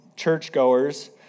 churchgoers